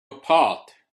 apart